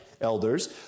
elders